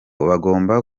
bagomba